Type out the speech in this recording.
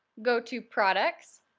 go to products,